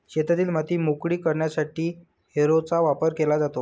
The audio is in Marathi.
शेतातील माती मोकळी करण्यासाठी हॅरोचा वापर केला जातो